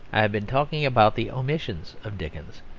i have been talking about the omissions of dickens.